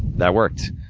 that worked.